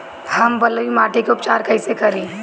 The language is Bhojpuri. हम बलुइ माटी के उपचार कईसे करि?